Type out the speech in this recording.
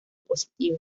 positivo